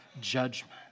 judgment